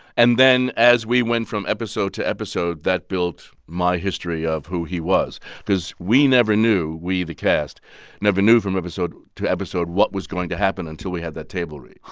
and then as we went from episode to episode, that built my history of who he was because we never knew we the cast never knew from episode to episode what was going to happen until we had the table read.